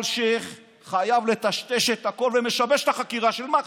אלשיך חייב לטשטש את הכול ומשבש את החקירה של מח"ש.